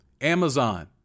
Amazon